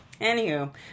Anywho